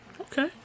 Okay